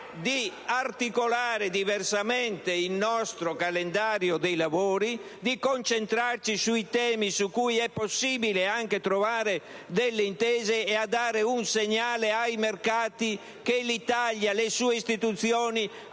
di articolare diversamente il nostro calendario dei lavori, di concentrarci sui temi su cui è possibile trovare delle intese, per dare ai mercati il segnale che l'Italia, le sue istituzioni